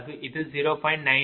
இது 0